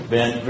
Ben